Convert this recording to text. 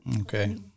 okay